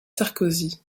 sarkozy